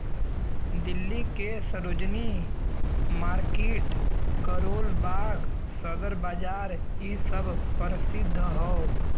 दिल्ली के सरोजिनी मार्किट करोल बाग सदर बाजार इ सब परसिध हौ